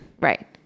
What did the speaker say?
Right